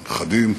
הנכדים,